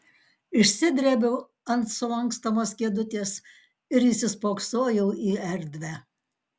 išsidrėbiau ant sulankstomos kėdutės ir įsispoksojau į erdvę